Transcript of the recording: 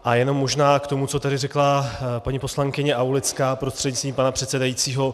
A jenom možná k tomu, co tady řekla paní poslankyně Aulická prostřednictvím pana předsedajícího.